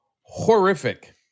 horrific